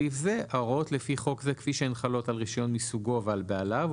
סעיף זה ההוראות לפי חוק זה כפי שהן חלות על רישיון מסוגו ועל בעליו,